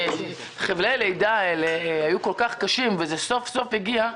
חבלי הלידה היו כל-כך קשים אבל סוף סוף זה הגיע,